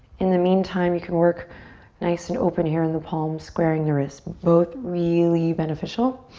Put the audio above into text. in the meantime, you can work nice and open here in the palms, squaring the wrists. both really beneficial.